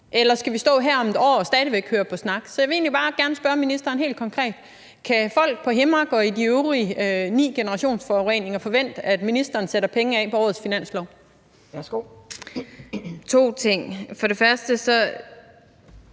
Eller skal vi stå her om et år og stadig væk høre på snak? Jeg vil egentlig bare gerne spørge ministeren helt konkret: Kan folk på Himmark Strand og ved de øvrige ni generationsforureninger forvente, at ministeren sætter penge af på årets finanslov? Kl. 12:23 Anden næstformand